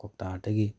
ꯀ꯭ꯋꯥꯛꯇꯥꯗꯒꯤ